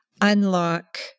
unlock